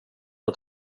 att